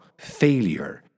failure